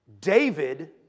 David